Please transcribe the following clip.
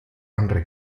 andere